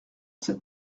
cette